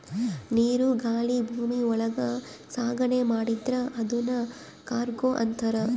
ನೀರು ಗಾಳಿ ಭೂಮಿ ಒಳಗ ಸಾಗಣೆ ಮಾಡಿದ್ರೆ ಅದುನ್ ಕಾರ್ಗೋ ಅಂತಾರ